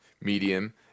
medium